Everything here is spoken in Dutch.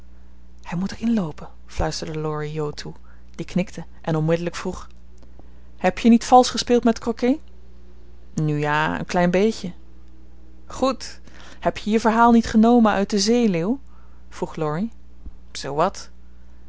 hij moet er inloopen fluisterde laurie jo toe die knikte en onmiddellijk vroeg heb je niet valsch gespeeld met crocket nu ja een klein beetje goed heb je je verhaal niet genomen uit de zeeleeuw vroeg laurie zoowat